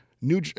New